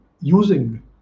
using